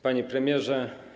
Panie Premierze!